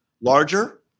larger